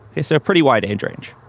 it's a pretty wide age range.